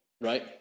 right